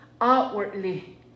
outwardly